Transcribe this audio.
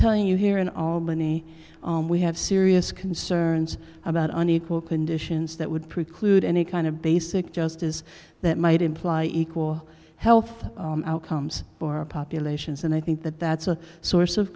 telling you here in albany we have serious concerns about unequal conditions that would preclude any kind of basic justice that might imply equal health outcomes for populations and i think that that's a source of